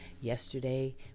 Yesterday